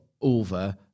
over